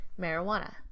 marijuana